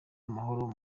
amahoro